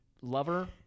lover